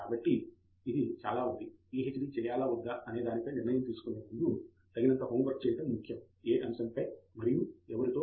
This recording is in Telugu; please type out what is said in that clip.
కాబట్టి ఇది చాలా ఉంది పిహెచ్డి చేయాలా వద్దా అనేదానిపై నిర్ణయం తీసుకునే ముందు తగినంత హోంవర్క్ చేయడం ముఖ్యం ఏ అంశంపై మరియు ఎవరితో అని కూడా